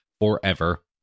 forever